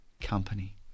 company